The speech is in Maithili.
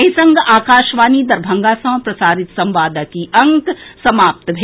एहि संग आकाशवाणी दरभंगा सँ प्रसारित संवादक ई अंक समाप्त भेल